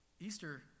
Easter